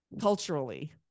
culturally